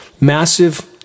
massive